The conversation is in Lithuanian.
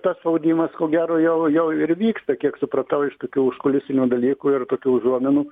tas spaudimas ko gero jau jau ir vyksta kiek supratau iš tokių užkulisinių dalykų ir tokių užuominų